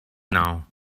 now